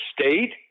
State